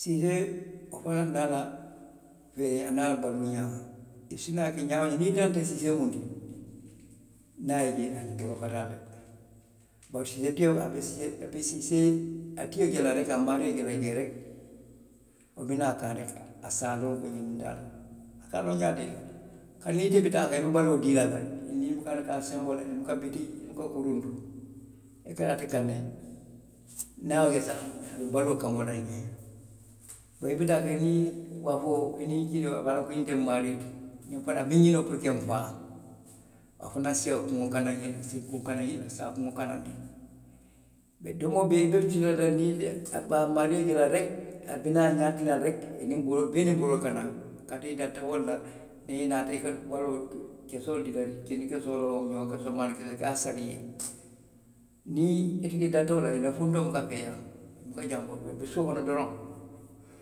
Siisee wo fanaŋ daa la, ee aniŋ a la baluuñaa i si naa ke ñaa woo ñaa, niŋ i dalita siisee miŋ ti. niŋ a ye i je a ka taa le bari siisee tio faŋo a be siiseetio je la a maario je la jee rek wo bi naa kaŋ rek a se a loŋ ñiŋ n taa loŋ a se a loŋ ñaadii le niŋ ite bi taa kaŋ i be baluo dii la a la aduŋ i buka taa a kaŋ senboo la i buka biti i buka kuruntu i taa ate kaŋ ne niŋ a ye wo je. a se a loŋ baluo ka bo naŋ n ñe i bi taa to i niŋ wafoo, i niŋ kidoo a be a loŋ na ko ñiŋ nteŋ n maario ti a be ñiniŋo to puru ka n faa a fanaŋ se a kuŋo kanandi a se a kuŋo kanandi a se a kuŋo kanandi tumoo bee a be a maario je la rek, a bi naa a ñaatiŋo la rek, i niŋ boroo i bee niŋ boroo ka naa kaatu i dalita wo le la, niŋ i naata kesoo loŋ, kini kesoo loŋ, ñoo kesoo, maani kesoo i ka a sari i ye niŋ i dalita wo la rek i buka janfa i be suo kono doroŋ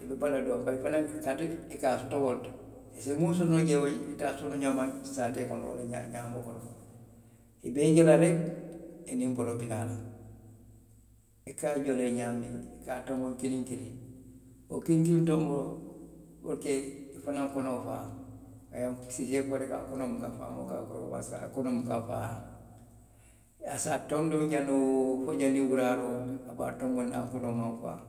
i be i bala doroŋ kaatu i ka soto wo le to, i se miŋ soto wo to, i ka a soto wo le ñaama saatee kono walla ñaamoo kono, i be je la rek i niŋ boroo bi naa la, i ka a joloŋ i ye ñaamiŋ, i ka tonboŋ kiliŋ kiliŋ, wo kiliŋ kiliŋ tonboŋ, wo le ka i fanaŋ konoo faa e siisee a konoo buka faa a se a tonboŋ jaŋ ne woo fo janniŋ wuraaroo a be a tonboŋ na a konoo maŋ faa.